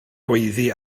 gweiddi